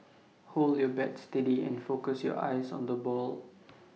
hold your bat steady and focus your eyes on the ball